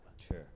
Sure